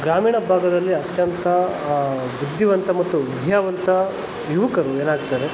ಗ್ರಾಮೀಣ ಭಾಗದಲ್ಲಿ ಅತ್ಯಂತ ಬುದ್ಧಿವಂತ ಮತ್ತು ವಿದ್ಯಾವಂತ ಯುವಕರು ಏನಾಗ್ತಾರೆ